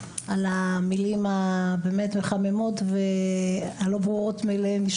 על המילים הבאמת מחממות והלא ברורות מאליהן,